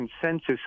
consensus